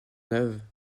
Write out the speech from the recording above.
neuve